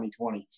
2020